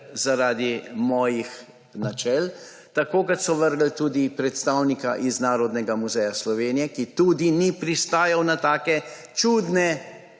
zaradi mojih načel, tako kot so vrgli ven tudi predstavnika iz Narodnega muzeja Slovenije, ki tudi ni pristajal na take čudne